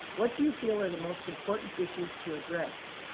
what do you feel are the most important issues to address?